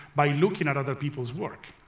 by looking at other people's work.